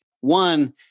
one